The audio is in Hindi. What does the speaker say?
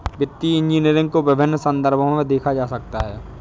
वित्तीय इंजीनियरिंग को विभिन्न संदर्भों में देखा जा सकता है